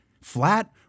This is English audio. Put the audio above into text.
flat